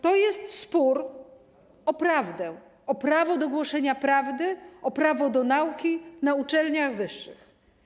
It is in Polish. To jest spór o prawdę, o prawo do głoszenia prawdy, o prawo do nauki na uczelniach wyższych.